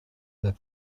that